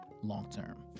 long-term